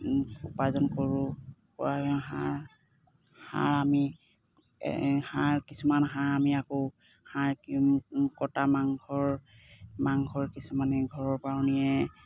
উপাৰ্জন কৰোঁ কুকুৰা হাঁহ হাঁহ আমি হাঁহ কিছুমান হাঁহ আমি আকৌ সাৰ কটা মাংসৰ মাংসৰ কিছুমানে ঘৰৰপৰাও নিয়ে